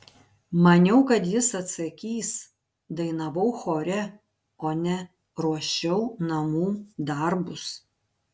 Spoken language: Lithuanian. maniau kad jis atsakys dainavau chore o ne ruošiau namų darbus